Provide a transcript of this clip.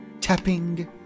Tapping